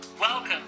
Welcome